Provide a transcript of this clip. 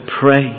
pray